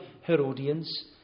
Herodians